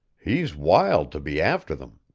he's wild to be after them.